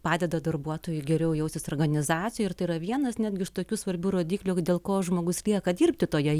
padeda darbuotojui geriau jaustis organizacijoj ir tai yra vienas netgi iš tokių svarbių rodiklių dėl ko žmogus lieka dirbti toje